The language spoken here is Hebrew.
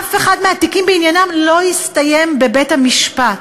אף אחד מהתיקים בעניינם לא הסתיים בבית-משפט.